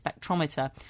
spectrometer